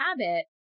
habit